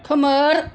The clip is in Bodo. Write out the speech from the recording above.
खोमोर